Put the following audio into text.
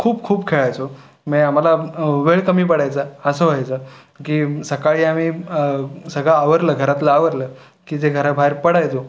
खूप खूप खेळायचो म्हणजे आम्हाला वेळ कमी पडायचा असं व्हायचं की सकाळी आम्ही सगळं आवरलं घरातलं आवरलं की जे घराबाहेर पडायचो